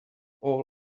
all